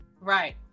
right